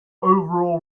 overall